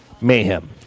Mayhem